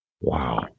Wow